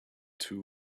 two